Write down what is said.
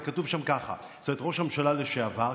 וכתוב שם כך: ראש הממשלה לשעבר,